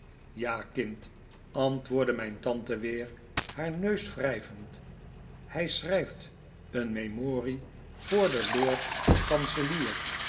ja kind antwoordde mijn tante weer haar neus wrijvend hij schrijft een memorie voor den lord-kanselier